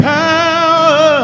power